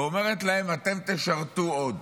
ואומרת להם: אתם תשרתו עוד.